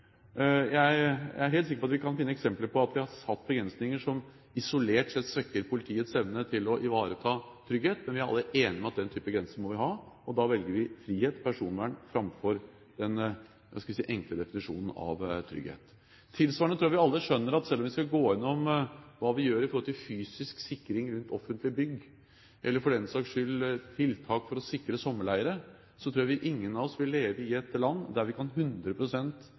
Jeg er helt sikker på at vi kan finne eksempler på at vi har satt begrensninger som isolert sett svekker politiets evne til å ivareta trygghet, men vi er alle enige om at den type grense må vi ha. Da velger vi frihet og personvern framfor den – hva skal jeg si – enkle definisjonen av trygghet. Tilsvarende tror jeg vi alle skjønner at selv om vi skal gå gjennom hva vi gjør når det gjelder fysisk sikring rundt offentlige bygg, eller for den saks skyld tiltak for å sikre sommerleirer, tror jeg ingen av oss vil leve i et land der vi kan